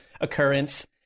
occurrence